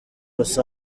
los